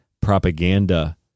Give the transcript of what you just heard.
propaganda